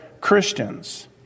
Christians